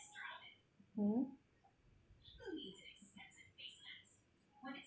hmm